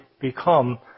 become